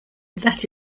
that